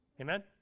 Amen